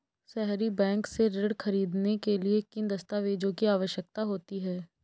सहरी बैंक से ऋण ख़रीदने के लिए किन दस्तावेजों की आवश्यकता होती है?